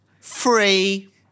Free